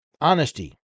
honesty